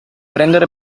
prendere